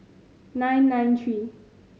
nine nine three